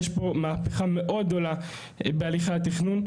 יש פה מהפכה מאוד גדולה בהליכי התכנון,